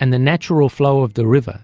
and the natural flow of the river